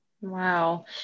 Wow